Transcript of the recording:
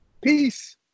Peace